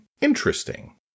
Interesting